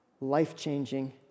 life-changing